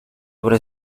obra